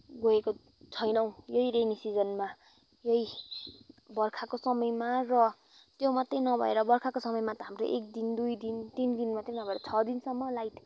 गएको छैनौँ यही रेनी सिजनमा यही बर्खाको समयमा र त्यो मात्रै नभएर बर्खाको समयमा त हाम्रो एकदिन दुईदिन तिनदिन मात्र नभएर छ दिनसम्म लाइट